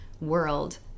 world